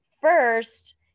first